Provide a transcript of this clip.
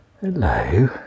Hello